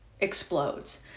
explodes